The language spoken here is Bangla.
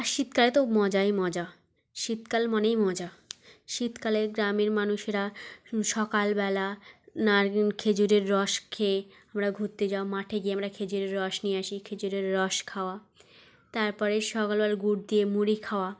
আর শীতকালে তো মজাই মজা শীতকাল মানেই মজা শীতকালে গ্রামের মানুষেরা সকালবেলা নারকেল খেজুরের রস খেয়ে আমরা ঘুরতে যাওয়া মাঠে গিয়ে আমরা খেজুরের রস নিয়ে আসি খেজুরের রস খাওয়া তারপরে সকালবেলা গুড় দিয়ে মুড়ি খাওয়া